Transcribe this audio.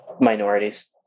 Minorities